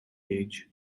age